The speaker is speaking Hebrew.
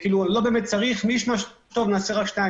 וזאת הסיבה שאנחנו מבקשים שאותה החלטה,